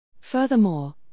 Furthermore